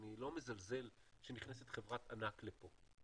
אני לא מזלזל שנכנסת חברת ענק לפה,